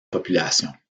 population